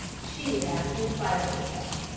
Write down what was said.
she laughed in spite of herself.